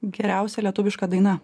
geriausia lietuviška daina